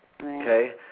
okay